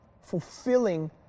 fulfilling